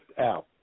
out